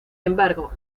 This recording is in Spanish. embargo